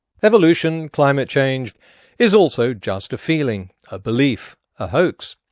evolution climate change is also just a feeling, a belief, a hoax.